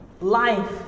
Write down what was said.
life